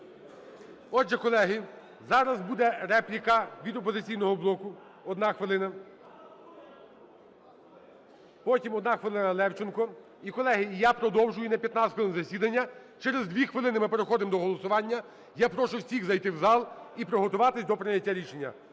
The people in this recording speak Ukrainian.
Отже, колеги, зараз буде репліка від "Опозиційного блоку", одна хвилина. Потім одна хвилина – Левченко. І, колеги, я продовжую на 15 хвилин засідання. Через 2 хвилини ми переходимо до голосування. Я прошу всіх зайти в зал і приготуватися до прийняття рішення.